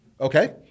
Okay